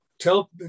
tell